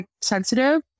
sensitive